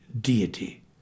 deity